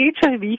HIV